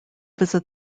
visit